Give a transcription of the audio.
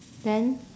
then